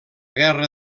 guerra